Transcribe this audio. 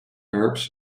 herbs